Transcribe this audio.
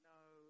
no